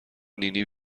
نینی